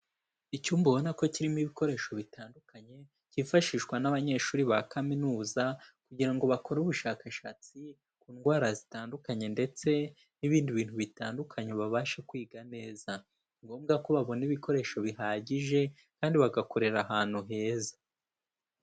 Icyumba ubona uko kirimo ibikoresho bitandukanye cyifashishwa n'abanyeshuri ba kaminuza kugira ngo bakore ubushakashatsi ku ndwara zitandukanye ndetse n'ibindi bintu bitandukanye babashe kwiga neza, ni ngombwa ko babona ibikoresho bihagije kandi bagakorera ahantu heza.